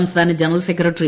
സംസ്ഥാന general secretary